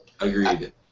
Agreed